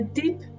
deep